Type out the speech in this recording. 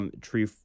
Tree